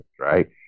right